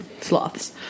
sloths